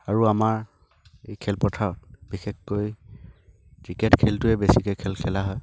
আৰু আমাৰ এই খেলপথাৰত বিশেষকৈ ক্ৰিকেট খেলটোৱে বেছিকৈ খেল খেলা হয়